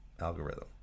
algorithm